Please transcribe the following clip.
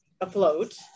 afloat